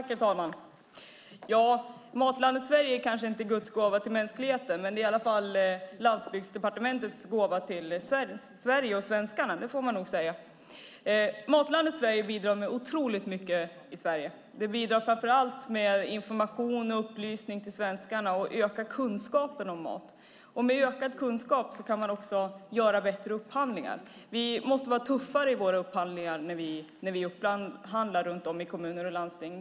Herr talman! Matlandet Sverige är kanske inte guds gåva till mänskligheten, men det är i alla fall Landsbygdsdepartementets gåva till Sverige och svenskarna. Matlandet Sverige bidrar med otroligt mycket i Sverige. Det bidrar framför allt med information och upplysning till svenskarna och ökar kunskapen om mat. Med ökad kunskap går det att göra bättre upphandlingar. Vi måste vara tuffare i våra upphandlingar i kommuner och landsting.